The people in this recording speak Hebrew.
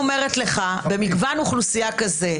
במגוון אוכלוסייה כזה,